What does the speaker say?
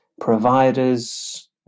Providers